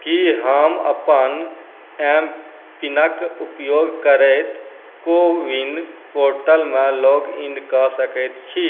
की हम अपन एमपिनक उपयोग करैत को विन पोर्टलमे लॉग इन कऽ सकैत छी